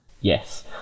Yes